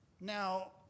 Now